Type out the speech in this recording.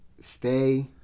stay